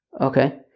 Okay